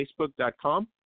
Facebook.com